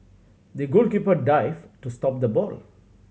the goalkeeper dived to stop the ball